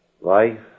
life